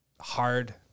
hard